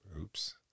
Oops